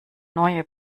neue